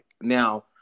Now